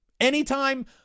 Anytime